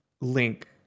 Link